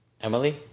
Emily